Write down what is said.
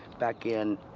back in,